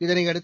இதனையடுத்து